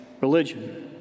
religion